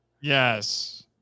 Yes